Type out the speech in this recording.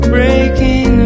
Breaking